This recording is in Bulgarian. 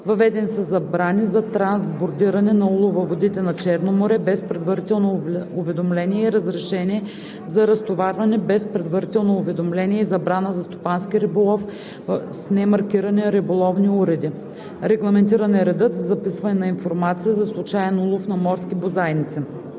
Въведени са забрани за трансбордиране на улов във водите на Черно море без предварително уведомление и разрешение, за разтоварване без предварително уведомление и забрана за стопански риболов с немаркирани риболовни уреди. Регламентиран е редът за записване на информация за случаен улов на морски бозайници.